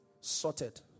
Sorted